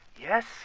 yes